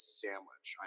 sandwich